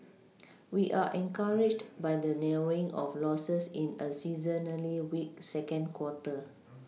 we are encouraged by the narrowing of Losses in a seasonally weak second quarter